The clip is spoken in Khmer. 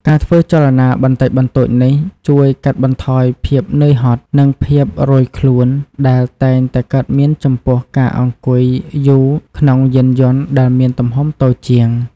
ការធ្វើចលនាបន្តិចបន្តួចនេះជួយ កាត់បន្ថយភាពនឿយហត់ និងភាពរោយខ្លួន ដែលតែងតែកើតមានចំពោះការអង្គុយយូរក្នុងយានយន្តដែលមានទំហំតូចជាង។